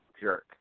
jerk